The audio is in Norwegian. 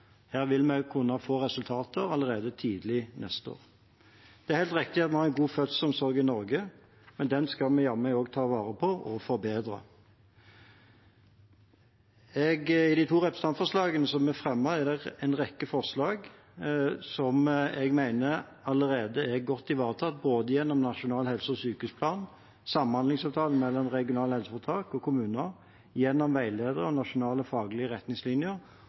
Det er helt riktig at vi har en god fødselsomsorg i Norge. Den skal vi ta vare på og forbedre. I de to representantforslagene som er fremmet, er det en rekke forslag som jeg mener allerede er godt ivaretatt, både gjennom Nasjonal helse- og sykehusplan, gjennom samhandlingsavtalen mellom regionale helseforetak og kommuner, gjennom veiledere og nasjonale faglige retningslinjer